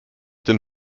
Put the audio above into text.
den